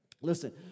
Listen